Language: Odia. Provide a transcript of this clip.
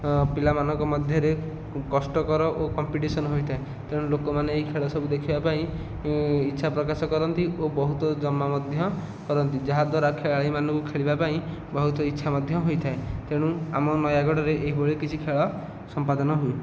ପିଲାମାନଙ୍କ ମଧ୍ୟରେ କଷ୍ଟକର ଓ କମ୍ପିଡିସନ୍ ହୋଇଥାଏ ତେଣୁ ଲୋକମାନେ ଏହି ଖେଳ ସବୁ ଦେଖିବା ପାଇଁ ଇଚ୍ଛା ପ୍ରକାଶ କରନ୍ତି ଓ ବହୁତ ଜମା ମଧ୍ୟ କରନ୍ତି ଯାହାଦ୍ୱାରା ଖେଳାଳି ମାନଙ୍କୁ ଖେଳିବା ପାଇଁ ବହୁତ ଇଚ୍ଛା ମଧ୍ୟ ହୋଇଥାଏ ତେଣୁ ଆମ ନୟାଗଡ଼ ରେ ଏହିଭଳି କିଛି ଖେଳ ସମ୍ପାଦନ ହୁଏ